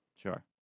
Sure